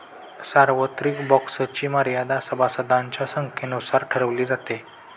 सार्वत्रिक बँक्सची मर्यादा सभासदांच्या संख्येनुसार ठरवली जाते